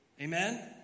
Amen